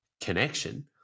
connection